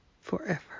forever